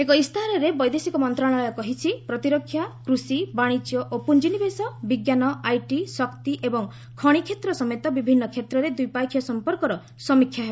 ଏକ ଇସ୍ତାହାରରେ ବୈଦେଶିକ ମନ୍ତ୍ରଣାଳୟ କହିଛି ପ୍ରତିରକ୍ଷା କୃଷି ବାଣିଜ୍ୟ ଓ ପୁଞ୍ଜିନିବେଶ ବିଜ୍ଞାନ ଓ ଆଇଟି ଶକ୍ତି ଏବଂ ଖଣି କ୍ଷେତ୍ର ସମେତ ବିଭିନ୍ନ କ୍ଷେତ୍ରରେ ଦ୍ୱିପକ୍ଷୀୟ ସମ୍ପର୍କର ସମୀକ୍ଷା ହେବ